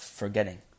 forgetting